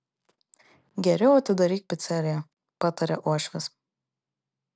geriau atidaryk piceriją pataria uošvis